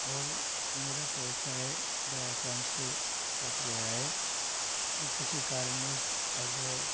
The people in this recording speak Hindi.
और मेरा पैसा है वह आकउंट से कट गया है और किसी कारणवश अब वह